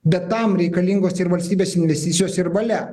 bet tam reikalingos ir valstybės investicijos ir valia